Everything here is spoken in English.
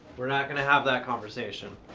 we're not going to have that conversation.